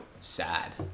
sad